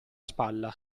spalla